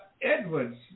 Edwards